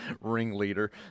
ringleader